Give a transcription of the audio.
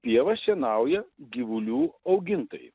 pievas šienauja gyvulių augintojai